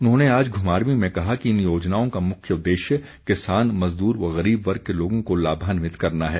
उन्होंने आज घुमारवीं में कहा कि इन योजनाओं का मुख्य उददेश्य किसान मजदूर व गरीब वर्ग के लोगों को लाभान्वित करना है